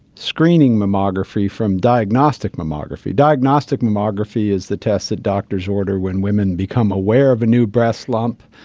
screening mammography from diagnostic mammography. diagnostic mammography is the test that doctors order when women become aware of a new breast lump.